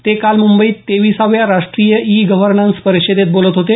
ते काल मुंबईत तेवीसाव्या राष्ट्रीय ई गव्हर्नन्स परिषदेत बोलत होते